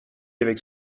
avec